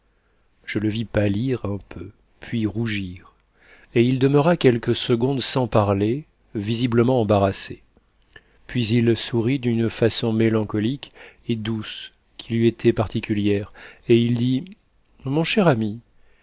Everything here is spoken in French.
je le vis pâlir un peu puis rougir et il demeura quelques secondes sans parler visiblement embarrassé puis il sourit d'une façon mélancolique et douce qui lui était particulière et il dit mon cher ami